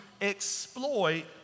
exploit